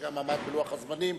שגם עמד בלוח הזמנים.